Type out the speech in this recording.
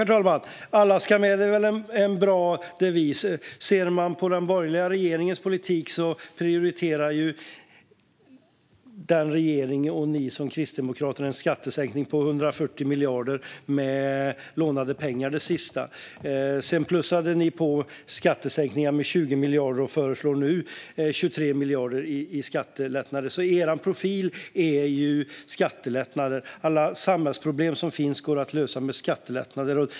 Herr talman! Alla ska med - det är en bra devis. Den borgerliga regeringen och ni kristdemokrater prioriterade en skattesänkning på 140 miljarder, och den sista var med lånade pengar. Sedan plussade ni på skattesänkningar med 20 miljarder. Nu föreslår ni 23 miljarder i skattelättnader. Er profil är skattelättnader. Alla samhällsproblem som finns går att lösa med skattelättnader.